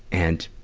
and,